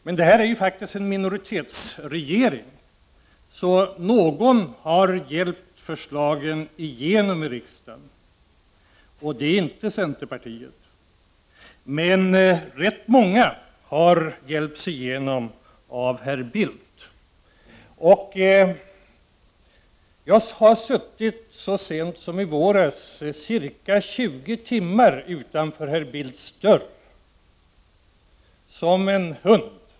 Men landets regering är faktiskt en minoritetsregering, så någon har hjälpt förslagen att gå igenom i riksdagen; och det är inte centerpartiet. Men rätt många förslag har hjälpts igenom av herr Bildt. Så sent som i våras satt jag ca 20 timmar utanför herr Bildts dörr — som en hund!